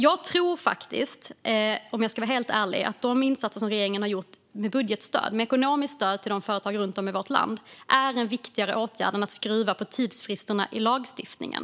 Jag tror, om jag ska vara helt ärlig, att regeringens insatser som budgetstöd och ekonomiskt stöd till företag runt om i vårt land är viktigare åtgärder än att skruva på tidsfristerna i lagstiftningen.